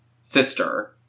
sister